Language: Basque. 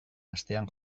astean